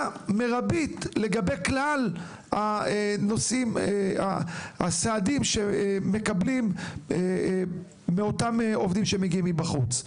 מרבית לגבי כלל הסעדים שמקבלים מאותם עובדים שמגיעים מבחוץ,